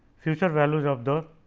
future values of the